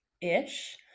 ish